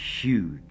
huge